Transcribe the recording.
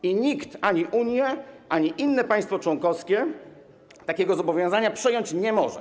I nikt - ani Unia, ani inne państwo członkowskie - takiego zobowiązania przejąć nie może.